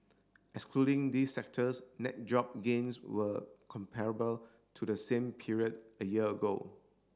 excluding these sectors net job gains were comparable to the same period a year ago